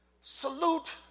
salute